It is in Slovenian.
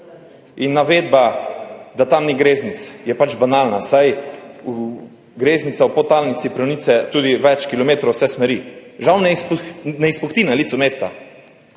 In navedba, da tam ni greznic, je pač banalna, saj greznica v podtalnico pronica tudi več kilometrov, v vse smeri, žal ne izpusti na licu mesta,